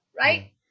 right